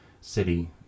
City